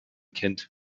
kennt